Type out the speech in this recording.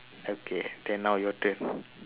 okay then now your turn